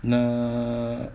nak